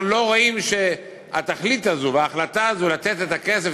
אנחנו לא רואים שהתכלית הזו וההחלטה הזו לתת את הכסף,